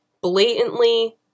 blatantly